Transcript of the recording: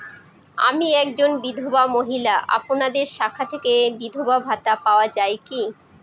আমি একজন বিধবা মহিলা আপনাদের শাখা থেকে বিধবা ভাতা পাওয়া যায় কি?